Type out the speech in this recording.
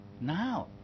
Now